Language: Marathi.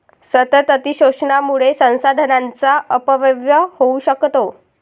सतत अतिशोषणामुळे संसाधनांचा अपव्यय होऊ शकतो